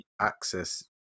access